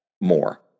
more